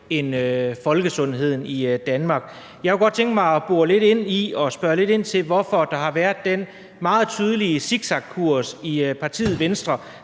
end af folkesundheden i Danmark. Jeg kunne godt tænke mig at bore lidt ind i og spørge lidt ind til, hvorfor der har været den meget tydelige zigzagkurs i partiet Venstre,